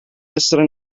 essere